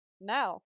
Now